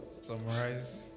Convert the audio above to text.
Summarize